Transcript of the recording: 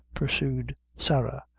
pursued sarah,